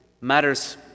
matters